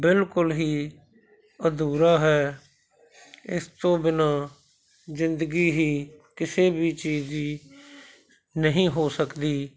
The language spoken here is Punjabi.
ਬਿਲਕੁਲ ਹੀ ਅਧੂਰਾ ਹੈ ਇਸ ਤੋਂ ਬਿਨ੍ਹਾਂ ਜ਼ਿੰਦਗੀ ਹੀ ਕਿਸੇ ਵੀ ਚੀਜ਼ ਦੀ ਨਹੀਂ ਹੋ ਸਕਦੀ